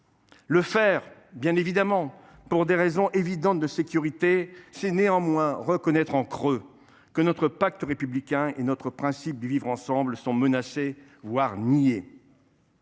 Le faire pour des raisons évidentes de sécurité, c’est reconnaître en creux que notre pacte républicain et notre principe du vivre ensemble sont menacés, voire niés.